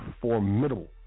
formidable